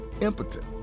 impotent